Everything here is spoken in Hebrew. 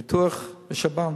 ביטוח לשב"ן,